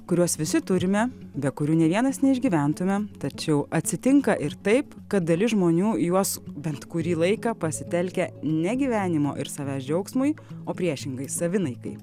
kuriuos visi turime be kurių nė vienas neišgyventumėm tačiau atsitinka ir taip kad dalis žmonių juos bent kurį laiką pasitelkia ne gyvenimo ir savęs džiaugsmui o priešingai savinaikai